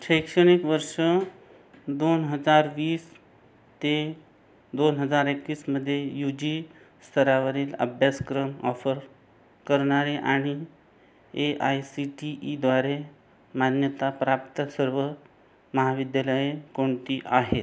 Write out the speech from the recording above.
शैक्षणिक वर्ष दोन हजार वीस ते दोन हजार एकवीसमध्ये यू जी स्तरावरील अभ्यासक्रम ऑफर करणारी आणि ए आय सी टी ईद्वारे मान्यताप्राप्त सर्व महाविद्यालये कोणती आहेत